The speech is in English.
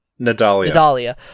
Nadalia